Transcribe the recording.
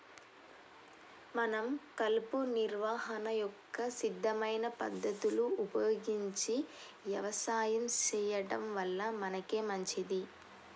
మనం కలుపు నిర్వహణ యొక్క స్థిరమైన పద్ధతులు ఉపయోగించి యవసాయం సెయ్యడం వల్ల మనకే మంచింది